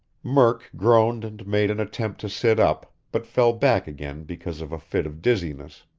murk groaned and made an attempt to sit up, but fell back again because of a fit of dizziness.